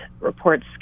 reports